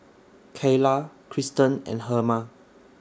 Cayla Kristan and Herma